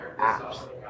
apps